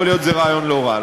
יכול להיות שזה רעיון לא רע,